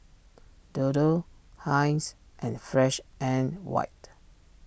Dodo Heinz and Fresh and White